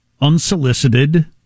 unsolicited